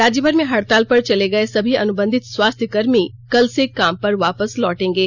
राज्य भर में हडताल पर चले गये सभी अनुबंधित स्वास्थ्य कर्मी कल से काम पर वापस लौटेंगे